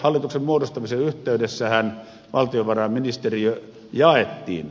hallituksen muodostamisen yhteydessähän valtiovarainministeriö jaettiin